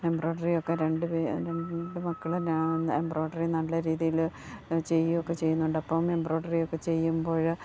embroidery ഒക്കെ രണ്ട് പേർ രണ്ട് മക്കളും എംബ്രോയിഡറി നല്ല രീതിയിൽ ചെയ്യുകയൊക്കെ ചെയ്യുന്നുണ്ട് അപ്പം എംബ്രോയിഡറി ഒക്കെ ചെയ്യുമ്പോൾ